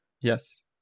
Yes